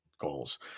goals